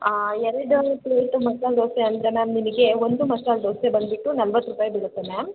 ಎರಡು ಪ್ಲೇಟ್ ಮಸಾಲೆ ದೋಸೆ ಅಂದರೆ ಮ್ಯಾಮ್ ನಿಮಗೆ ಒಂದು ಮಸಾಲೆ ದೋಸೆ ಬಂದುಬಿಟ್ಟು ನಲ್ವತ್ತು ರೂಪಾಯಿ ಬೀಳುತ್ತೆ ಮ್ಯಾಮ್